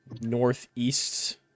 northeast